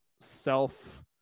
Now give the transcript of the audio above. self